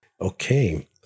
Okay